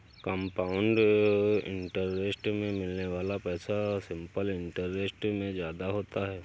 compound interest में मिलने वाला पैसा सिंपल इंटरेस्ट से ज्यादा होता है